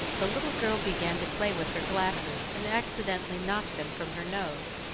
the little girl began to play with her glasses, and accidentally knocked them from her nose.